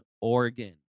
oregon